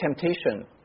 temptation